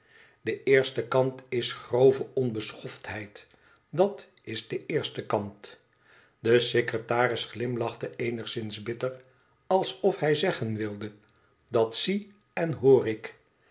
de eerste kant is grove onbeschoftheid dat is de eerste kant de secretaris glimlachte eenigszins bitter alsof hij zeggen wilde dat zie en hoor ik